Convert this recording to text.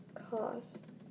Cost